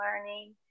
learning